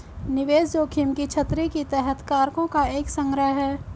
निवेश जोखिम की छतरी के तहत कारकों का एक संग्रह है